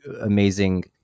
amazing